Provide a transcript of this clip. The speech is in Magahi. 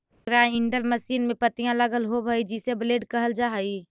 ग्राइण्डर मशीन में पत्तियाँ लगल होव हई जिसे ब्लेड कहल जा हई